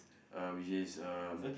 uh which is um